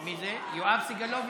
יואב סגלוביץ'.